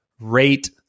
rate